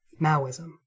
Maoism